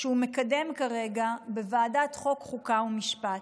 שהוא מקדם כרגע בוועדת החוקה, חוק ומשפט.